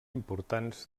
importants